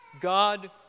God